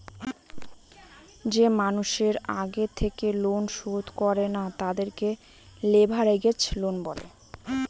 যে মানুষের আগে থেকে লোন শোধ করে না, তাদেরকে লেভেরাগেজ লোন বলে